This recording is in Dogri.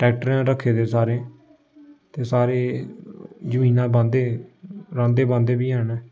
ट्रैक्टर हैन रक्खे दे सारें ते सारे जमीनां बांह्दे रांह्दे बांह्दे बी हैन